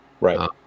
right